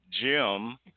Jim